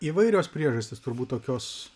įvairios priežastys turbūt tokios